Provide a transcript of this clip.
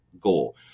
goal